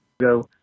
Go